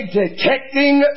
detecting